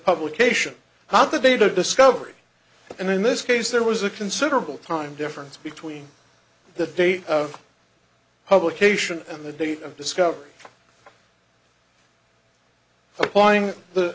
publication how the data discovery and in this case there was a considerable time difference between the date of publication and the date of discovery applying the